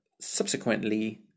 Subsequently